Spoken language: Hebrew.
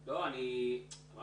אני חוזר ואומר,